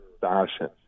fashion